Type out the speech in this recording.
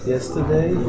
Yesterday